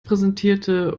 präsentierte